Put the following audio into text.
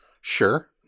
Sure